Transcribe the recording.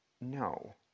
no